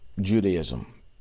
Judaism